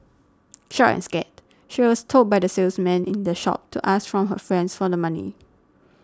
shocked and scared she was told by the salesman in the shop to ask from her friends for the money